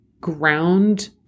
ground